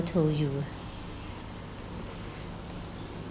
told you